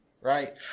Right